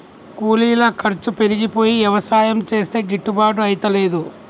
కూలీల ఖర్చు పెరిగిపోయి యవసాయం చేస్తే గిట్టుబాటు అయితలేదు